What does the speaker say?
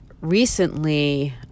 recently